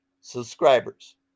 subscribers